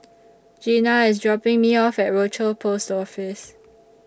Gena IS dropping Me off At Rochor Post Office